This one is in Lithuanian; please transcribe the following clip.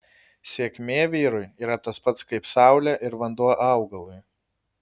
sėkmė vyrui yra tas pats kaip saulė ir vanduo augalui